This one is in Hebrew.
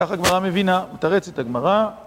ככה גמרא מבינה, מתרץ את הגמרא.